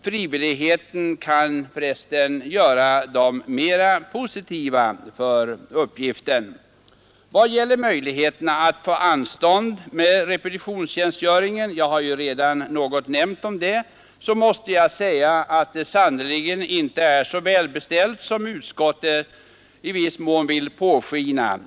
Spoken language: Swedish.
Frivilligheten kan för resten göra vederbörande mera positiva till I vad gäller möjligheterna att få anstånd med repetitionstjänstgöringen jag har redan nämnt något om det — måste jag säga att det sannerligen inte är så väl beställt som utskottet i viss mån vill låta påskina.